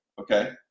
okay